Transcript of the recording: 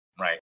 Right